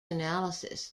analysis